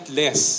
less